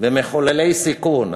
ומחוללי סיכון.